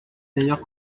meilleure